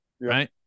Right